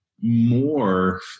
more